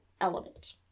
element